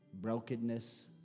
Brokenness